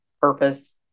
purpose